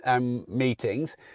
meetings